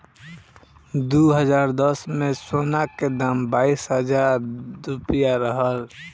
दू हज़ार दस में, सोना के दाम बाईस हजार रुपिया रहल